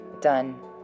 done